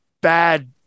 bad